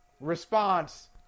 response